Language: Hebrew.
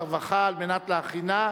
הרווחה והבריאות נתקבלה.